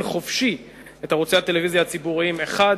חופשי את ערוצי הטלוויזיה הציבוריים 1,